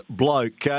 bloke